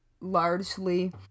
largely